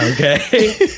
Okay